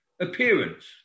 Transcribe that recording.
appearance